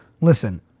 listen